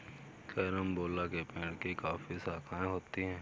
carambola के पेड़ की काफी शाखाएं होती है